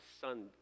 son